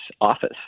office